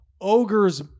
ogre's